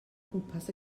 gwmpas